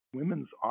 women's